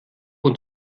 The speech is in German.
und